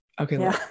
Okay